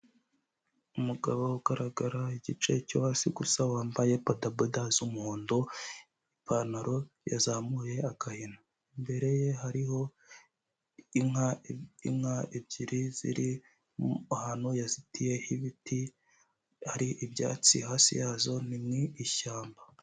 Umugabo ugaragara igice cyo hasi gusa wambaye bodaboda z'umuhondo, ipantaro yazamuye akayihina, imbere ye hariho inka ebyiri ziri ahantu yazitiyeho ibiti hari ibyatsi, hasi yazo ni mu ishyamba.